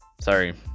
Sorry